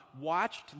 watched